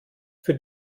für